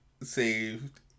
saved